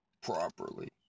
Properly